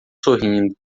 sorrindo